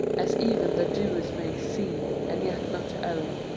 as even the doers may see, and yet not own.